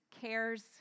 cares